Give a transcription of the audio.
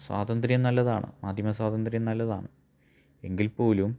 സ്വാതന്ത്ര്യം നല്ലതാണ് മാധ്യമ സ്വാതന്ത്ര്യം നല്ലതാണ് എങ്കിൽ പോലും